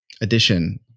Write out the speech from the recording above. addition